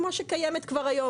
כמו שקיימת כבר היום.